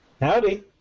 Howdy